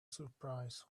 surprise